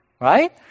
right